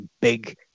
big